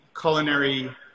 culinary